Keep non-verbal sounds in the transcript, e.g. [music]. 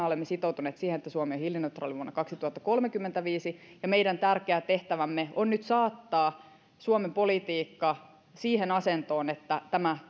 [unintelligible] olemme sitoutuneet siihen että suomi on hiilineutraali vuonna kaksituhattakolmekymmentäviisi meidän tärkeä tehtävämme on nyt saattaa suomen politiikka siihen asentoon että tämä